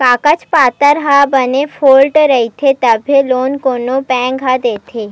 कागज पाथर ह बने पोठ रइही तभे लोन कोनो बेंक ह देथे